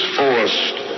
forced